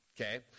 okay